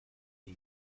key